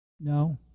No